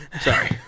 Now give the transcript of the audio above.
Sorry